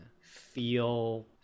feel